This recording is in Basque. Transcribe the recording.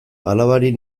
alabari